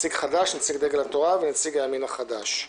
נציג חד"ש, נציג דגל התורה ונציג הימין החדש.